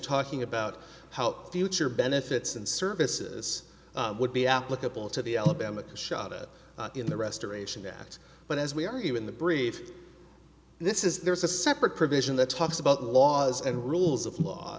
talking about how future benefits and services would be applicable to the alabama shot it in the restoration that but as we are even the brief this is there's a separate provision that talks about the laws and rules of law